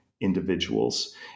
individuals